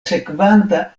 sekvanta